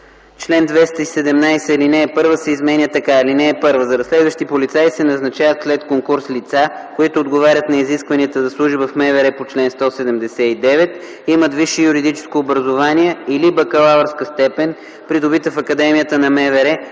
Член 217, ал. 1 се изменя така: „(1) За разследващи полицаи се назначават след конкурс лица, които отговарят на изискванията за служба в МВР по чл. 179, имат висше юридическо образование или бакалавърска степен, придобита в Академията на МВР